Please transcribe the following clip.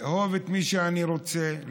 לאהוב את מי שאני רוצה,